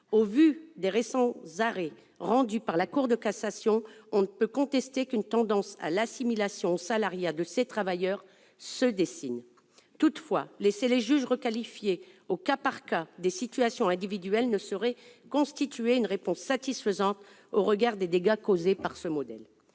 Au vu des récents arrêts rendus par la Cour de cassation, on ne peut contester qu'une tendance à l'assimilation au salariat du statut de ces travailleurs se dessine. Toutefois, laisser les juges requalifier au cas par cas des situations individuelles ne saurait constituer une réponse satisfaisante au regard des dégâts causés par ce modèle.